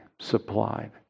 supplied